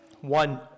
One